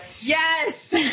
Yes